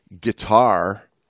guitar